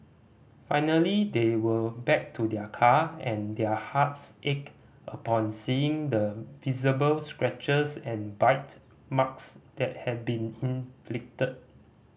finally they went back to their car and their hearts ached upon seeing the visible scratches and bite marks that had been inflicted